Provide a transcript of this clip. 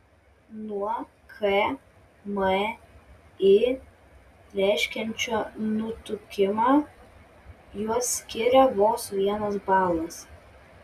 nuo kmi reiškiančio nutukimą juos skiria vos vienas balas